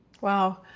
Wow